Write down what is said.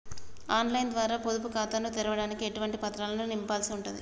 On line ద్వారా పొదుపు ఖాతాను తెరవడానికి ఎటువంటి పత్రాలను నింపాల్సి ఉంటది?